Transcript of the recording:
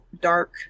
dark